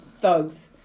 thugs